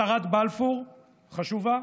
הצהרת בלפור חשובה.